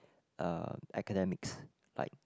um academics like